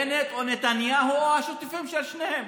בנט או נתניהו או השותפים של שניהם.